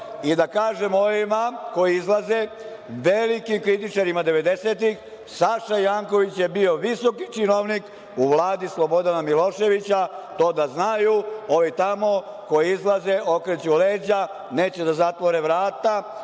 I da kažem ovima koji izlaze, velikim kritičara 90-ih, Saša Janković je bio visoki činovnik u Vladi Slobodan Miloševića, to da znaju ovi tamo koji izlaze, okreću leđa, neće da zatvore vrata